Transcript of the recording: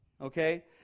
Okay